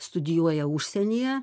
studijuoja užsienyje